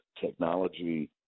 technology